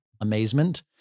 amazement